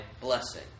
blessing